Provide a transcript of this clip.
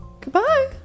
goodbye